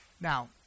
Now